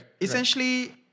essentially